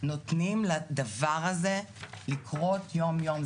נותנים לדבר הזה לקרות יום-יום.